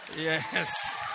Yes